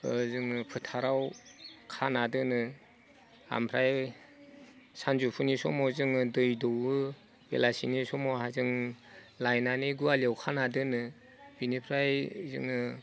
जोङो फोथाराव खाना दोनो ओमफ्राय सानजौफुनि समाव जोङो दै दौओ बेलासिनि समाव जों लायनानै गलियाव खाना दोनो बिनिफ्राय जोङो